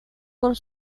por